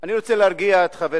אני רוצה להרגיע את חבר